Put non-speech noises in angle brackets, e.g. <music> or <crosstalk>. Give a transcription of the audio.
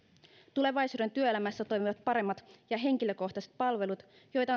tulevaisuuden työelämässä toimivat paremmat ja henkilökohtaiset palvelut joita <unintelligible>